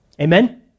Amen